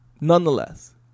nonetheless